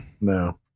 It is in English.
No